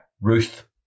Ruth